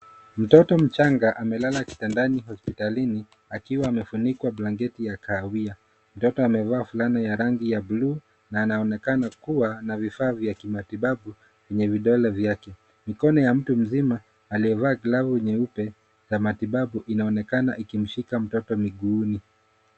Mtoto mchanga amelala kitandani hospitalini akiwa amefunikwa blanketi ya kahawia. Mtoto amevaa fulana ya rangi ya buluu na anaonekana kuwa na vifaa vya kimatibabu kwenye vidole vyake. Mkono ya mtu mzima aliyevaa glavu nyeupe za matitabu, inaonekana ikimshika mtoto miguuni.